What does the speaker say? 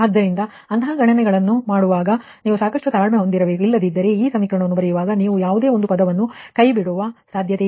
ಆದ್ದರಿಂದ ಅಂತಹ ಗಣನೆಯನ್ನು ಮಾಡುವಾಗ ನೀವು ಸಾಕಷ್ಟು ತಾಳ್ಮೆ ಹೊಂದಿರಬೇಕು ಇಲ್ಲದಿದ್ದರೆ ಅದು ಈ ಸಮೀಕರಣವನ್ನು ಬರೆಯುವಾಗ ನೀವು ಯಾವುದೇ ಒಂದು ಪದವನ್ನು ಕೈಬಿಡುವ ಸಾಧ್ಯತೆಯಿದೆ